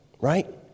Right